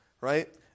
right